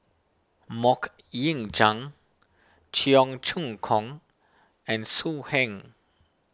Mok Ying Jang Cheong Choong Kong and So Heng